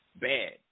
bad